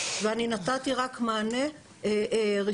ואני נתתי רק מענה ראשוני.